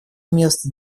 мест